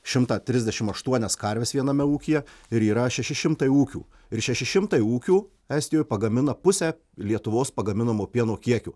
šimtą trisdešimt aštuonias karves viename ūkyje ir yra šeši šmtai ūkių ir šeši šmtai ūkių estijoj pagamina pusę lietuvos pagaminamo pieno kiekio